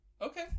Okay